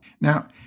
Now